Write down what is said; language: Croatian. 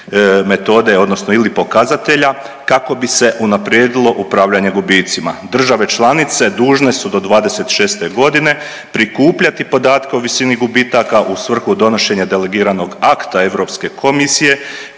.../nerazumljivo/... pokazatelja kako bi se unaprijedilo upravljanje gubicima. Države članice dužne su do 2026. g. prikupljati podatke o visini gubitaka u svrhu donošenja delegiranog akta EK kojim će